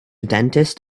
dentist